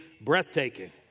breathtaking